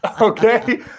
Okay